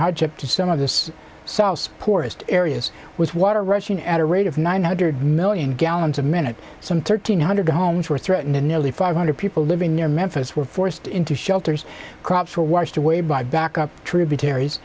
hardship to some of this so poorest areas with water rushing at a rate of nine hundred million gallons a minute some thirteen hundred homes were threatened in five hundred people living near memphis were forced into shelters crops were washed away by backup tributaries